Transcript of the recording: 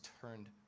turned